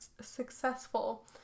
successful